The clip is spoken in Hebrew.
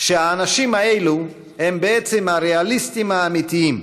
שהאנשים האלה הם בעצם הריאליסטיים האמיתיים.